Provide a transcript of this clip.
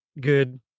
good